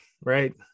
right